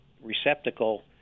receptacle